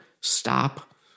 stop